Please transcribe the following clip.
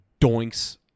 doinks